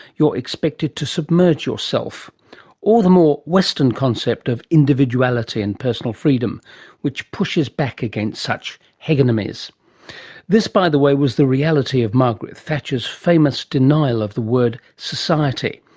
you're expected to submerge yourself or the more western concept of individuality and personal freedom which pushes back against such hegemonies? this by the way was the reality of margaret thatcher's famous denial of the word society,